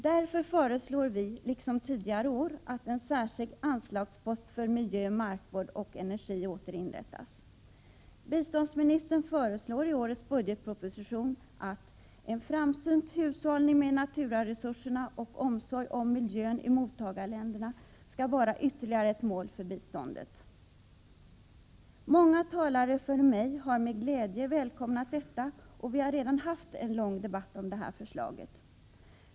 Därför föreslår vi, liksom tidigare år, att en särskild anslagspost för miljö, markvård och energi åter inrättas. Biståndsministern föreslår i årets budgetproposition att en framsynt hushållning med naturresurserna och omsorg om miljön i mottagarländerna skall vara ytterligare ett mål för biståndet. Många talare före mig har med glädje välkomnat detta, och vi har redan haft en lång debatt om detta förslag.